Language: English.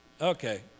Okay